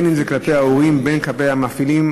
אם כלפי ההורים ואם כלפי המפעילים.